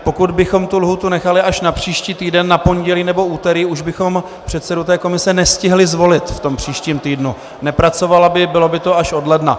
Pokud bychom tu lhůtu nechali až na příští týden na pondělí nebo úterý, už bychom předsedu té komise nestihli zvolit v příštím týdnu, nepracovala by, bylo by to až od ledna.